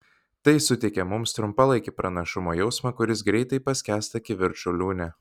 tai suteikia mums trumpalaikį pranašumo jausmą kuris greitai paskęsta kivirčų liūne